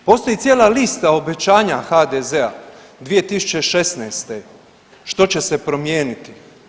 Postoji cijela lista obećanja HDZ-a, 2016. što će se promijeniti.